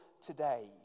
today